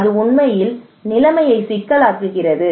இது உண்மையில் நிலைமையை சிக்கலாக்குகிறது